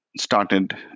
started